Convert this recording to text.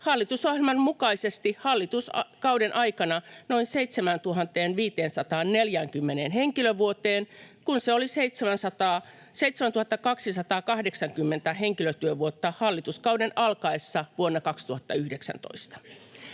hallitusohjelman mukaisesti hallituskauden aikana noin 7 540 henkilötyövuoteen, kun se oli 7 280 henkilötyövuotta hallituskauden alkaessa vuonna 2019.